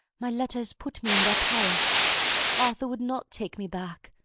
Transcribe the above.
my letter has put me in their power arthur would not take me back!